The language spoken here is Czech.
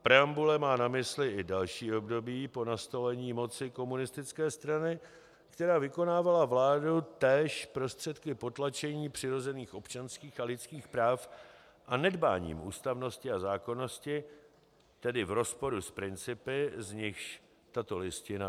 Preambule má na mysli i další období po nastolení moci komunistické strany, která vykonávala vládu též prostředky potlačení přirozených občanských a lidských práv a nedbáním ústavnosti a zákonnosti, tedy v rozporu s principy, z nichž tato Listina vychází.